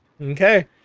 Okay